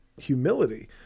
humility